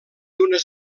unes